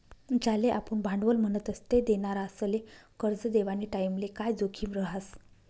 ज्याले आपुन भांडवल म्हणतस ते देनारासले करजं देवानी टाईमले काय जोखीम रहास